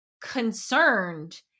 concerned